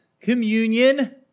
communion